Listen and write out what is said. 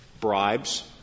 bribes